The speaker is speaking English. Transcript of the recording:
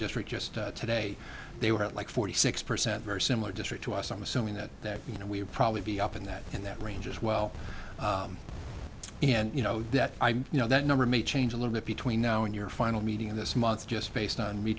district just today they were at like forty six percent very similar district to us i'm assuming that that you know we're probably be up in that in that range as well and you know that you know that number may change a little bit between now and your final meeting this month just based on me